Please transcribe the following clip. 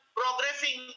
progressing